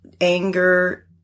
anger